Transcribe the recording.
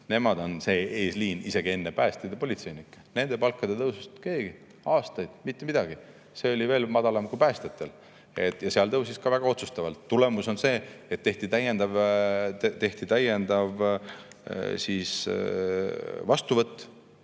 Nemad on see eesliin isegi enne päästjaid ja politseinikke. Nende palkade tõusust keegi aastaid mitte midagi [ei rääkinud], see oli veel madalam kui päästjatel. Seal tõusis [palk] väga otsustavalt ja tulemus on see, et tehti täiendav vastuvõtt